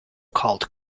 called